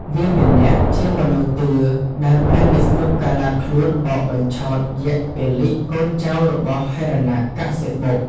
វាមនៈ ជាមនុស្សតឿ ដែលព្រះវិស្ណុកាឡាខ្លួនបោកបញ្ឆោតយក្សពលិ(កូនចៅរបស់ហិរណកសិបុ)។